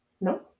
No